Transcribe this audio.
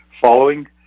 Following